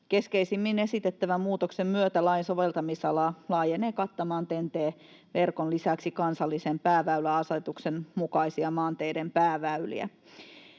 Keskeisimmin esitettävän muutoksen myötä lain soveltamisala laajenee kattamaan TEN-T-verkon lisäksi kansallisen pääväyläasetuksen mukaisia maanteiden pääväyliä.